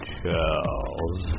Charles